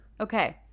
okay